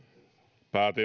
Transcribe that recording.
päätin